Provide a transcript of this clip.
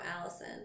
Allison